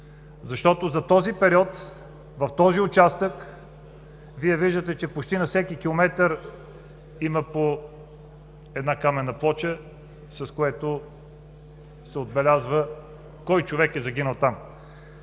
защото за този период, в този участък Вие виждате, че почти на всеки километър има по една каменна плоча, с което се отбелязва кой човек е загинал там.